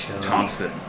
Thompson